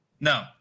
No